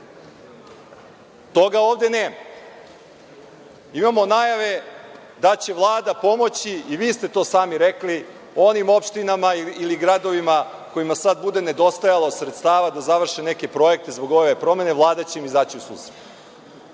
Toga ovde nema. Imamo najave da će Vlada pomoći, i vi ste to sami rekli, onim opštinama ili gradovima kojima sada bude nedostajalo sredstava da završe neke projekte, Vlada će im izaći u susret.